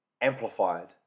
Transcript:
amplified